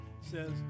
says